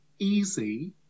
easy